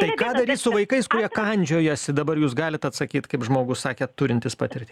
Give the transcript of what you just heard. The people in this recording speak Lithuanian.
tai ką daryt su vaikais kurie kandžiojasi dabar jūs galit atsakyti kaip žmogus sakėt turintis patirtį